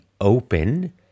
open